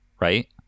Right